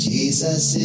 Jesus